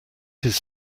his